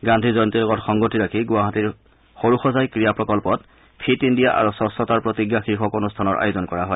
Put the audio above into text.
গাল্পী জয়ন্তীৰ লগত সংগতি ৰাখি গুৱাহাটীৰ সৰুসজাই ক্ৰিয়া প্ৰকল্পত ফীট ইণ্ডিয়া আৰু স্বছতাৰ প্ৰতিজা শীৰ্ষক অনুষ্ঠানৰ আয়োজন কৰা হয়